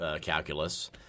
calculus